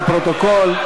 לפרוטוקול,